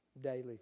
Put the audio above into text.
daily